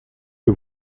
que